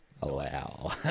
Wow